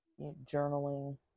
journaling